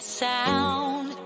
sound